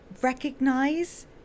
recognize